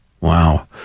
Wow